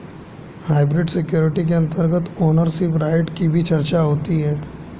hybrid security के अंतर्गत ownership right की भी चर्चा होती है